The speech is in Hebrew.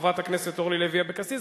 חברת הכנסת אורלי לוי אבקסיס,